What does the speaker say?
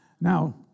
Now